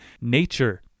nature